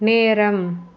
நேரம்